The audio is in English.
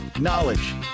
knowledge